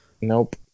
nope